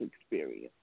experience